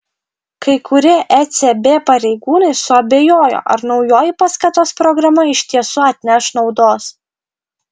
kai kurie ecb pareigūnai suabejojo ar naujoji paskatos programa iš tiesų atneš naudos